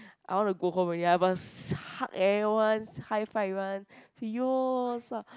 I want to go home already I must hug everyone hi five everyone say yo what's up